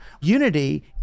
Unity